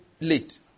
late